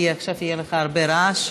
כי עכשיו יהיה לך הרבה רעש.